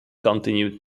continued